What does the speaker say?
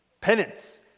Penance